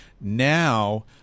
Now